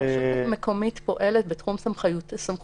הרשות המקומית פועלת בתחום סמכויותיה.